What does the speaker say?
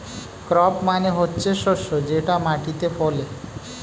crop মানে হচ্ছে শস্য যেটা মাটিতে ফলে